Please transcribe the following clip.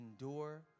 endure